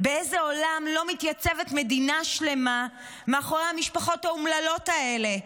באיזה עולם לא מתייצבת מדינה שלמה מאחורי המשפחות האומללות האלה?